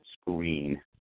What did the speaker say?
screen